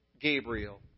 Gabriel